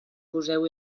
poseu